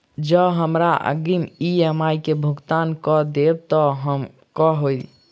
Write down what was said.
जँ हमरा अग्रिम ई.एम.आई केँ भुगतान करऽ देब तऽ कऽ होइ?